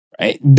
Right